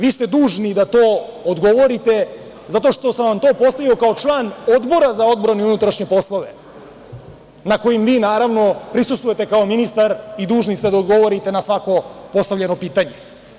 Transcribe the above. Vi ste dužni da to odgovorite, zato što sam vam to postavio kao član Odbora za odbranu i unutrašnje poslove, na kojem vi, naravno, prisustvujete kao ministar i dužni ste da odgovorite na svako postavljeno pitanje.